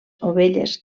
ovelles